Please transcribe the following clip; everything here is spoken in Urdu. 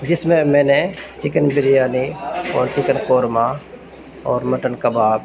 جس میں میں نے چکن بریانی اور چکن قورمہ اور مٹن کباب